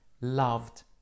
loved